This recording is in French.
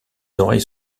oreilles